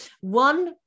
One